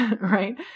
right